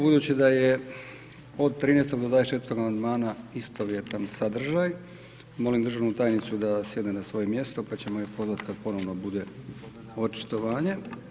Budući da je od 13.-24. amandmana istovjetan sadržaj, molim državni tajnicu da sjedne na svoje mjesto, pa ćemo ju pozvati kad ponovno bude očitovanje.